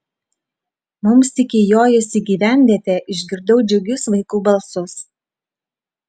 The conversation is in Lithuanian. mums tik įjojus į gyvenvietę išgirdau džiugius vaikų balsus